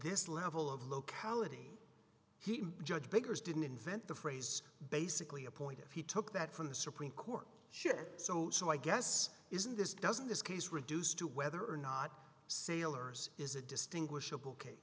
this level of locality he judge biggers didn't invent the phrase basically a point if he took that from the supreme court sure so so i guess isn't this doesn't this case reduce to whether or not sailors is a distinguish